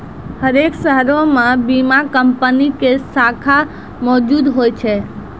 हरेक शहरो मे बीमा कंपनी के शाखा मौजुद होय छै